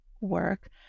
work